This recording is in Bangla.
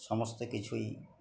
সমস্ত কিছুই